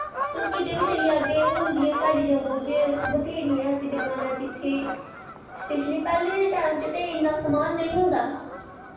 तुस किते बी चली जाह्गे हून साढ़े जम्मू च बत्थेरियां ऐसियां दकानां ऐं जित्थें पैह्लें दे टैम ते उन्ना समान नेंई होंदा हा